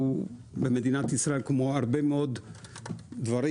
כמו הרבה מאוד דברים,